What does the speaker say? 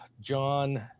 John